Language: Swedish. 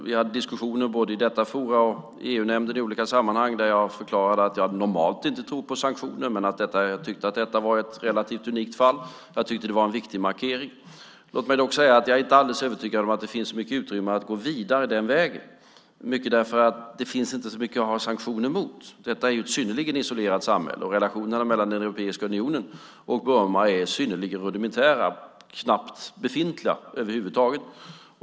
Vi hade diskussioner, både i detta forum och i EU-nämnden i olika sammanhang, där jag förklarade att jag normalt inte tror på sanktioner men att jag tyckte att detta var ett relativt unikt fall där det kunde vara en viktig markering. Jag är dock inte alldeles övertygad om att det finns så mycket utrymme att gå vidare den vägen, mycket därför att det inte finns så mycket att ha sanktioner mot. Detta är ju ett synnerligen isolerat samhälle, och relationerna mellan Europeiska unionen och Burma är synnerligen rudimentära, knappt befintliga över huvud taget.